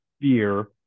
fear